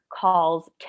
calls